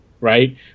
right